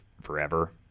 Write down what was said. forever